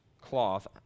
cloth